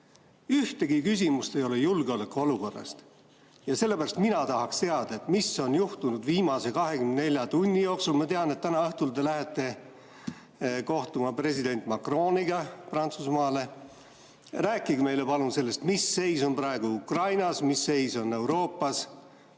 Ühtegi küsimust ei ole julgeolekuolukorra kohta. Sellepärast ma tahaksin teada, mis on juhtunud viimase 24 tunni jooksul. Ma tean, et täna õhtul te lähete Prantsusmaale kohtuma president Macroniga. Rääkige meile, palun, sellest, mis seis on praegu Ukrainas, mis seis on Euroopas,